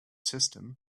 system